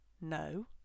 no